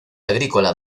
agrícola